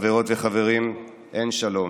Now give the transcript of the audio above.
חברות וחברים, אין שלום,